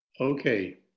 Okay